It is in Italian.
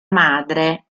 madre